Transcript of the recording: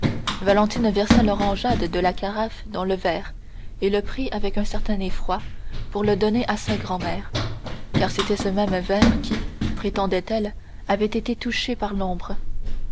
valentine versa l'orangeade de la carafe dans le verre et le prit avec un certain effroi pour le donner à sa grand-mère car c'était ce même verre qui prétendait elle avait été touché par l'ombre